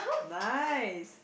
nice